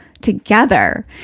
together